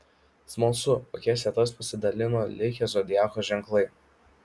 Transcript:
smalsu kokias vietas pasidalino likę zodiako ženklai